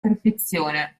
perfezione